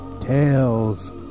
Tales